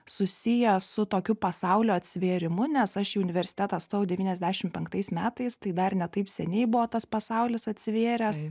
susiję su tokiu pasaulio atsivėrimu nes aš į universitetą stojau devyniasdešim penktais metais tai dar ne taip seniai buvo tas pasaulis atsivėręs